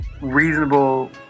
reasonable